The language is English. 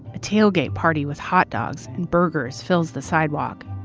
a tailgate party with hot dogs and burgers fills the sidewalk.